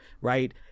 right